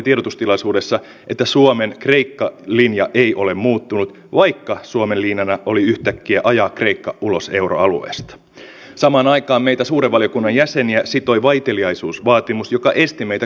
pyrimme viemään suomen kantaa eteenpäin kertomaan minkälainen suomen linjana oli yhtäkkiä ajaa kreikka puolustusratkaisu on ja minkä takia on tärkeätä että meillä on vapaaehtoinen maanpuolustus toimivaa